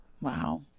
Wow